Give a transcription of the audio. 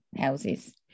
houses